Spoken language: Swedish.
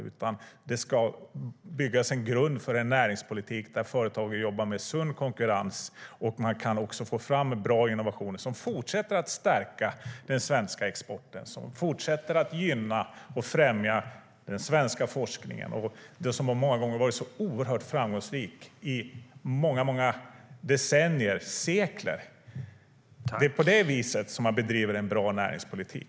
I stället ska det byggas en grund för en näringspolitik där företagen jobbar med sund konkurrens och där man kan få fram bra innovationer som fortsätter att stärka den svenska exporten. Man ska fortsätta gynna och främja den svenska forskningen, som så många gånger och under decennier - under sekler - har varit oerhört framgångsrik. Det är på det viset man bedriver en bra näringspolitik.